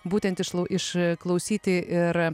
būtent išlu išklausyti ir